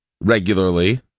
regularly